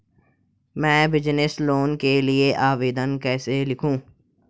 मैं business loan के लिए आवेदन कैसे लिखूँ?